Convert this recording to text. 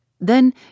Then